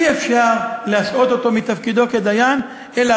אי-אפשר להשעות אותו מתפקידו כדיין אלא